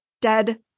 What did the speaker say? dead